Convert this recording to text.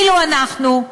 ואילו אנחנו,